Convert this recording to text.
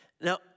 Now